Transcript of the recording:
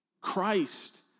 Christ